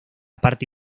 parte